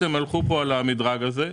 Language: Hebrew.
על המדרג הזה.